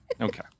Okay